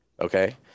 okay